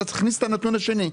תכניס את הנתון השני.